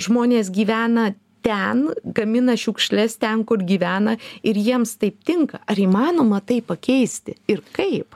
žmonės gyvena ten gamina šiukšles ten kur gyvena ir jiems taip tinka ar įmanoma tai pakeisti ir kaip